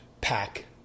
pack